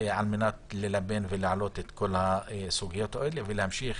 על מנת ללבן ולהעלות את כל הסוגיות האלה ולהמשיך